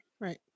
Right